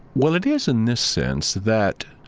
well, it is in this sense that,